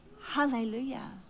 Hallelujah